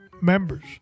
members